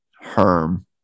Herm